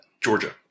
Georgia